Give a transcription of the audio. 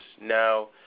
Now